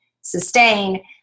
sustain